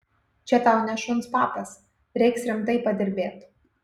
čia tau ne šuns papas reiks rimtai padirbėt